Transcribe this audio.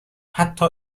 حتی